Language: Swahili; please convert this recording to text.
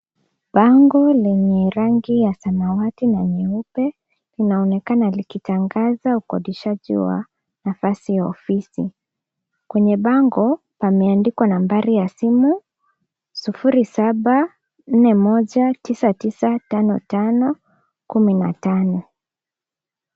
Bango lenye rangi ya samawati na nyeupe linaonekana ikitangaza ukakishaji wa nafasi ya ofisi. Kwenye bango pameandikwa nambari ya simu0741995515.